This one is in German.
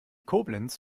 koblenz